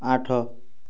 ଆଠ